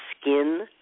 skin